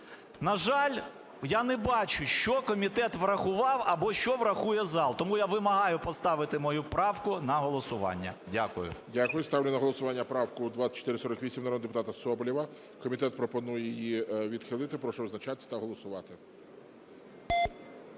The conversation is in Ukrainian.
На жаль, я не бачу, що комітет врахував або що врахує зал. Тому я вимагаю поставити мою правку на голосування. Дякую. ГОЛОВУЮЧИЙ. Дякую. Ставлю на голосування правку 2448, народного депутата Соболєва. Комітет пропонує її відхилити. Прошу визначатись та голосувати.